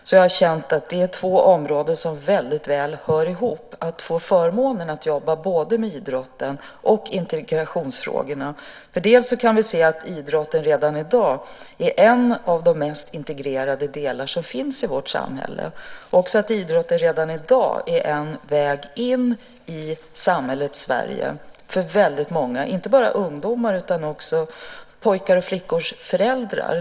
Jag har känt att det är två områden som hör ihop väl, och det är en förmån att få jobba både med idrotten och med integrationsfrågorna. Vi kan se att idrotten redan i dag är en av de mest integrerade delar som finns i vårt samhälle. Den är redan i dag en väg in i samhället Sverige för väldigt många, inte bara för ungdomar utan också för pojkars och flickors föräldrar.